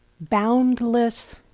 boundless